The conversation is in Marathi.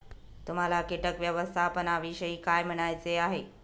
तुम्हाला किटक व्यवस्थापनाविषयी काय म्हणायचे आहे?